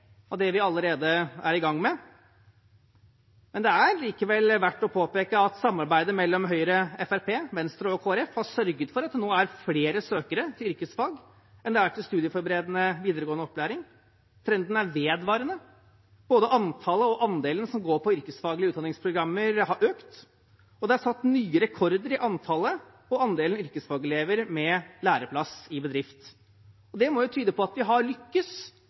det vi allerede er i gang med, det er likevel verdt å påpeke at samarbeidet mellom Høyre, Fremskrittspartiet, Venstre og Kristelig Folkeparti har sørget for at det nå er flere søkere til yrkesfag enn det er til studieforberedende videregående opplæring. Trenden er vedvarende. Både antallet og andelen som går på yrkesfaglige utdanningsprogrammer, har økt, og det er satt nye rekorder i antallet og andelen yrkesfagelever med læreplass i bedrift. Det må jo tyde på at vi har